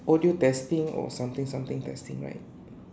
audio testing or something something testing right